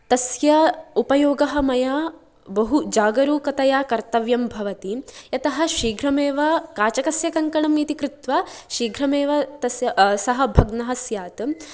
तस्य उपयोगः मया बहु जागरूकतया कर्तव्यं भवति यतः शीघ्रमेव काचकस्य कङ्कनम् इति कृत्वा शीघ्रमेव तस्य सः भग्नः स्यात्